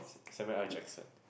Samuel-L-Jackson